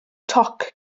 toc